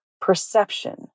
perception